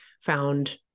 found